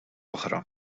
oħra